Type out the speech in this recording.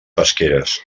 pesqueres